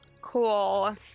cool